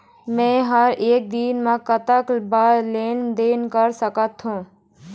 मे हर एक दिन मे कतक बार लेन देन कर सकत हों?